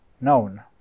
known